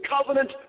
covenant